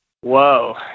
Whoa